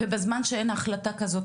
ובזמן שאין החלטה כזאת,